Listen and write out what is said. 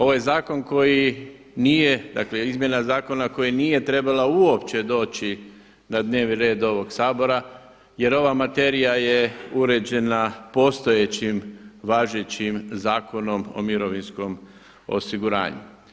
Ovo je zakon koji nije, dakle izmjena zakona koja nije trebala uopće doći na dnevni red ovog Sabora jer ova materija je uređena postojećim važećim Zakonom o mirovinskom osiguranju.